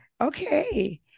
Okay